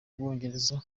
bwongereza